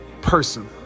person